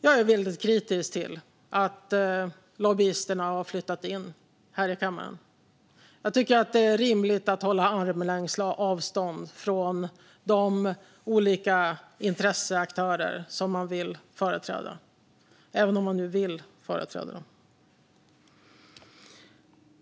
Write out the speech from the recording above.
Jag är väldigt kritisk till att lobbyisterna har flyttat in här i kammaren. Jag tycker att det är rimligt att hålla armlängds avstånd till de olika intresseaktörer som man företräder, även om man vill företräda dem.